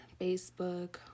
Facebook